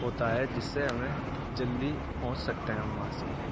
ہوتا ہے جس سے ہمیں جلدی پہنچ سکتے ہیں ہم وہاں سے